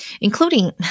including